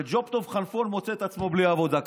וג'וב טוב כלפון מוצא את עצמו בלי עבודה,